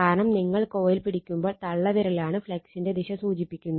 കാരണം നിങ്ങൾ കോയിൽ പിടിക്കുമ്പോൾ തള്ളവിരലാണ് ഫ്ളക്സിന്റെ ദിശ സൂചിപ്പിക്കുന്നത്